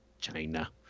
China